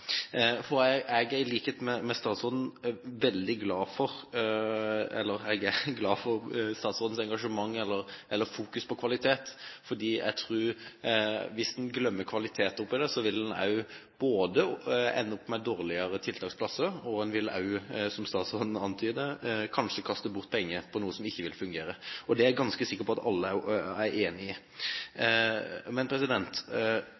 Jeg er glad for statsrådens engasjement og fokus på kvalitet. Jeg tror at hvis man glemmer kvaliteten, vil man både ende opp med dårligere tiltaksplasser og en vil også, som statsråden antydet, kanskje kaste bort penger på noe som ikke vil fungere. Det er jeg ganske sikker på at alle er enige i. Jeg er veldig klar over at statistikken er endret, og sånn sett har antallet kanskje ikke økt i samme skala når en